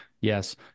Yes